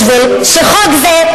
בשביל שחוק זה,